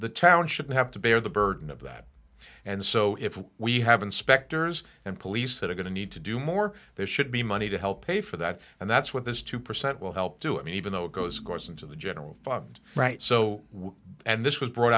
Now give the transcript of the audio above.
the town should have to bear the burden of that and so if we have inspectors and police that are going to need to do more there should be money to help pay for that and that's what this two percent will help do i mean even though it goes goes into the general fund right so and this was brought